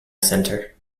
center